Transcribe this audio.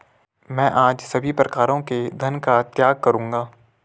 मैं आज सभी प्रकारों के धन का त्याग करूंगा